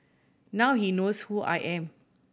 now he knows who I am